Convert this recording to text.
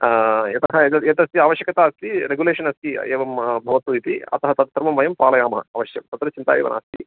यतः एतत् एतस्य आवश्यकता अस्ति रेगुलेशन् अस्ति एवं भवतु इति अतः तत्सर्वं वयं पालयामः अवश्यं तत्र चिन्ता एव नास्ति